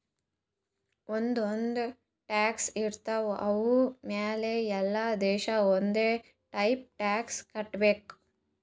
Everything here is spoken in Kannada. ಒಂದ್ ಒಂದ್ ಟ್ಯಾಕ್ಸ್ ಇರ್ತಾವ್ ಅವು ಮ್ಯಾಲ ಎಲ್ಲಾ ದೇಶ ಒಂದೆ ಟೈಪ್ ಟ್ಯಾಕ್ಸ್ ಕಟ್ಟಬೇಕ್